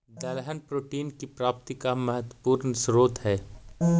दलहन प्रोटीन की प्राप्ति का महत्वपूर्ण स्रोत हई